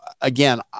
again